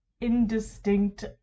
indistinct